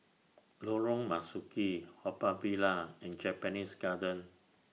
Lorong Marzuki Haw Par Villa and Japanese Garden